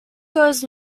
goes